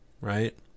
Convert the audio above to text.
right